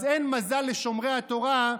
אז אין מזל לשומרי התורה,